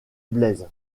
blaise